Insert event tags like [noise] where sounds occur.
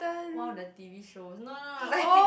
one of the t_v shows no no no no [laughs] like